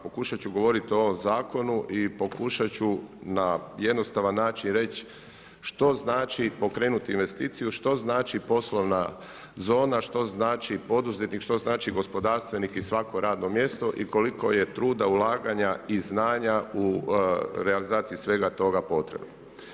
Pokušati ću govoriti o ovom zakonu i pokušati ću na jednostavna način reći, što znači pokrenuti investiciju, što znači poslovna zona, što znači poduzetnik, što znači gospodarstvenik i svako radno mjesto i koliko je truda, ulaganja i znanja u realizaciji svega toga potrebno.